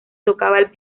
tocaba